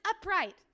upright